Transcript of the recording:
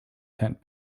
tent